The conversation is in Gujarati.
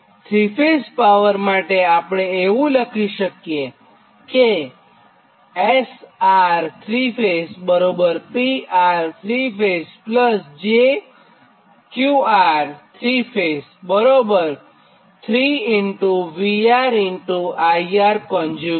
3 ફેઝ પાવર માટે આપણે એવું જ લખી શકીએ કે SR3 φ PR3 φj QR 3 φ3VRIR